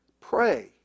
Pray